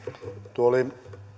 tuo oli